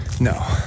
no